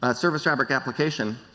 ah service fabric application,